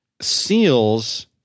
Seals